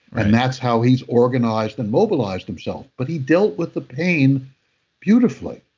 and that's how he's organized and mobilized himself but he dealt with the pain beautifully.